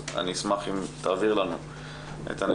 אז אני אשמח אם תעביר לנו את הנתונים.